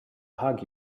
hug